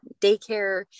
daycare